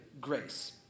grace